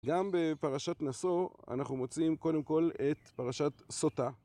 גם בפרשת נשוא אנחנו מוצאים קודם כל את פרשת סוטה